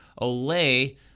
Olay